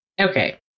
okay